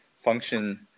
function